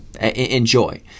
enjoy